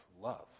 love